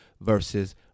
versus